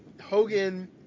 Hogan